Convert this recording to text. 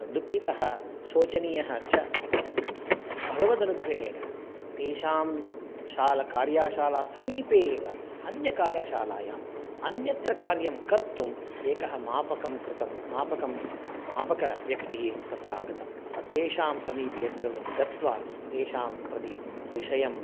दुःखिताः शोचनीयः च अभवत् भगवदनुग्रहेण तेषां शाला कार्याशाला समीपे एव अन्यकार्यशालायाम् अन्यत्र कार्यं कर्तुम् एकं मापकं कृतं मापकं मापकव्यक्तिः तत्र आगतं तेषां समीपे सर्वं गत्वा तेषां प्रति विषयं